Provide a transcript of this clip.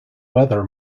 whether